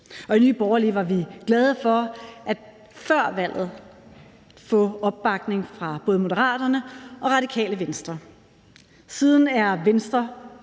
I Nye Borgerlige var vi glade for før valget at få opbakning af både Moderaterne og Radikale Venstre, men siden er Venstre